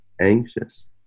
anxious